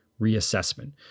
reassessment